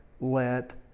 let